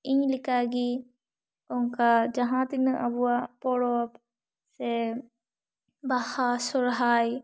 ᱤᱧ ᱞᱮᱠᱟᱜᱤ ᱚᱱᱠᱟ ᱡᱟᱦᱟᱸ ᱛᱤᱱᱟᱹᱜ ᱟᱵᱚᱣᱟᱜ ᱯᱚᱨᱚᱵᱽ ᱥᱮ ᱵᱟᱦᱟ ᱥᱚᱦᱚᱨᱟᱭ